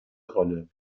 rolle